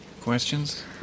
questions